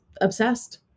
obsessed